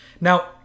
Now